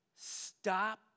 stop